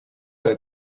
that